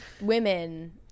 women